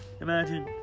Imagine